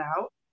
out